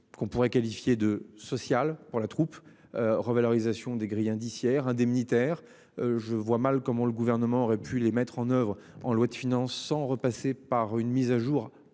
qu'on pourrait qualifier de social pour la troupe. Revalorisation des grilles indiciaires indemnitaire je vois mal comment le gouvernement aurait pu les mettre en oeuvre en loi de finances sans repasser par une mise à jour,